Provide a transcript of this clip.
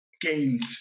gained